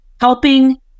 Helping